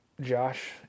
Josh